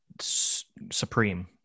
supreme